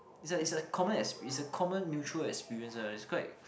it's a it's a common it's a common mutual experience lah which is quite